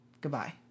Goodbye